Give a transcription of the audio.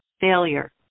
failure